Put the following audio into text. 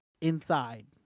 inside